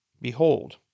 behold